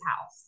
house